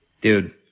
dude